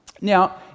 Now